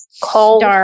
cold